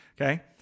Okay